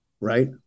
right